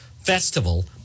Festival